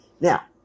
Now